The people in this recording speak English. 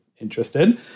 interested